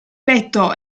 petto